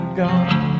gone